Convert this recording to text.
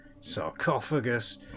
sarcophagus